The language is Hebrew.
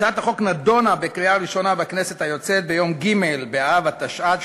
הצעת החוק נתקבלה בקריאה ראשונה בכנסת היוצאת ביום ג' באב התשע"ג,